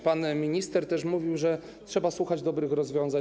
Pan minister też mówił, że trzeba słuchać dobrych rozwiązań.